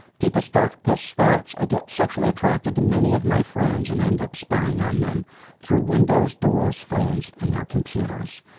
deepest darkest thoughts, i get sexually attracted to many of my friends and end up spying on them through windows, doors, phones and their computers.